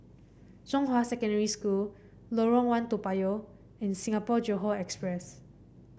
Zhonghua Secondary School Lorong One Toa Payoh and Singapore Johore Express